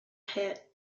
head